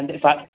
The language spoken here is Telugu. అంటే